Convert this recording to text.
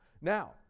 Now